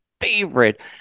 favorite